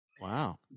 Wow